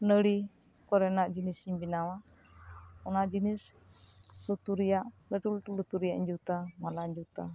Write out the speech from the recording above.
ᱱᱟᱹᱲᱤ ᱠᱚᱨᱮᱱᱟᱜ ᱡᱤᱱᱤᱥ ᱤᱧ ᱵᱮᱱᱟᱣᱟ ᱚᱱᱟ ᱡᱤᱱᱤᱥ ᱞᱩᱛᱩᱨ ᱨᱮᱭᱟᱜ ᱞᱟᱹᱴᱩ ᱞᱟᱹᱴᱩ ᱞᱩᱛᱩᱨ ᱨᱮᱭᱟᱜ ᱤᱧ ᱡᱩᱛᱟ ᱢᱟᱞᱟᱧ ᱡᱩᱛᱟ